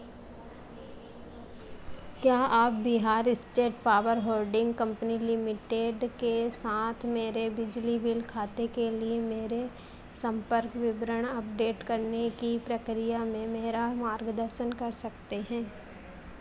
क्या आप Bihar state power holding company limited के साथ मेरे बिजली बिल खाते के लिए मेरे संपर्क विवरण अपडेट करने की प्रक्रिया में मेरा मार्गदर्शन कर सकते हैं